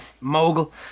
mogul